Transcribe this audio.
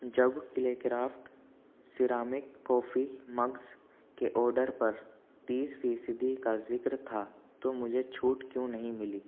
جب clay craft ceramic coffee mugs کے order پر تیس فیصدی کا ذکر تھا تو مجھے چھوٹ کیوں نہیں ملی